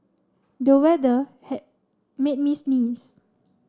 the weather made me sneeze